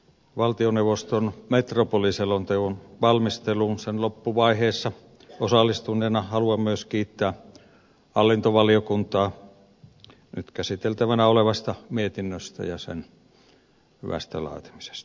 valtioneuvoston metropoli selonteon valmisteluun sen loppuvaiheessa osallistuneena haluan myös kiittää hallintovaliokuntaa nyt käsiteltävänä olevasta mietinnöstä ja sen hyvästä laatimisesta